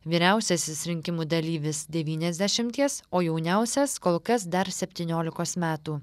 vyriausiasis rinkimų dalyvis devyniasdešimties o jauniausias kol kas dar septyniolikos metų